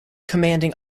commanding